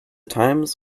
times